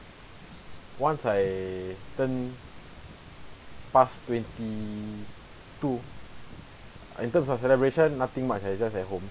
once I turn past twenty two in terms of celebration nothing much eh just at home